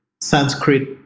Sanskrit